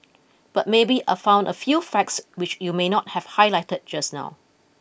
but maybe I found a few facts which you may not have highlighted just now